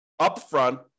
upfront